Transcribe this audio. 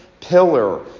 pillar